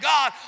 God